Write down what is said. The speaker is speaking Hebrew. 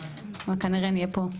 כנראה נהיה פה.